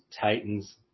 Titans